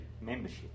membership